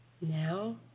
Now